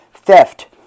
Theft